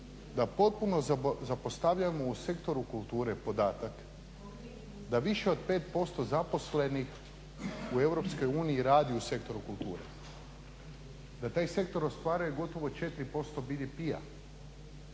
potpuno zapostavljamo u sektoru kulture podatak da više od 5% zaposlenih u Europskoj uniji radi u sektoru kulture, da taj sektor ostvaruje gotovo 4% BDP-a,